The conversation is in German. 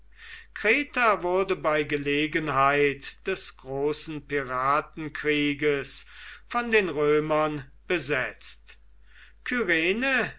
kreta wurde bei gelegenheit des großen piratenkrieges von den römern besetzt